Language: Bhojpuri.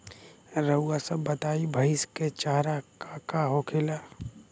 रउआ सभ बताई भईस क चारा का का होखेला?